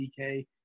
DK